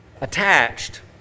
attached